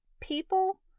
people